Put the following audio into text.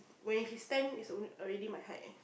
when he stand is al~ already my height eh